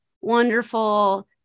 wonderful